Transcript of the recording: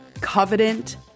covenant